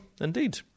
indeed